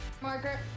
Margaret